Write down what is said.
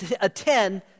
attend